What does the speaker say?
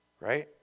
right